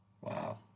wow